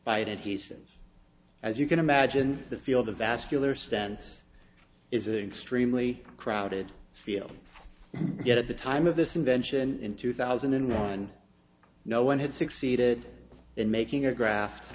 by it and he said as you can imagine the field of vascular stance is an extremely crowded field yet at the time of this invention in two thousand and one no one had succeeded in making a gra